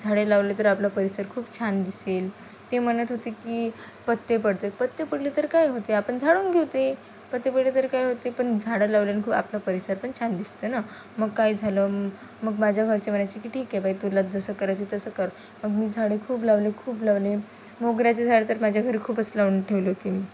झाडे लावले तर आपलं परिसर खूप छान दिसेल ते म्हणत होते की पत्ते पडते पत्ते पडले तर काय होते आपण झाडून घेऊ ते पत्ते पडले तर काय होते पण झाडं लावल्याने खूप आपला परिसर पण छान दिसते ना मग काय झालं मग माझ्या घरचे म्हणायची की ठीक आहे बाई तुला जसं करायचं आहे तसं कर मग मी झाडे खूप लावले खूप लावले मोगऱ्याचे झाडे तर माझ्या घरी खूपच लावून ठेवलं होते मी